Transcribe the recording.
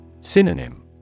Synonym